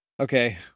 Okay